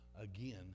again